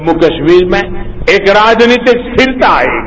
जम्मू कश्मीर में एक राजनीतिक स्थिरता आएगी